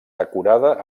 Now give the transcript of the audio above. decorada